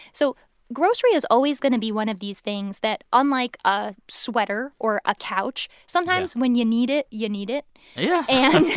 so grocery is always going to be one of these things that, unlike a sweater or a couch, sometimes when you need it, you need it yeah